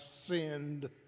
sinned